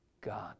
God